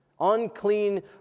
unclean